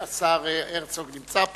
הנה, השר הרצוג נמצא פה,